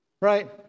right